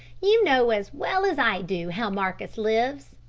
you know as well as i do how marcus lives.